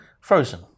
Frozen